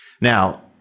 Now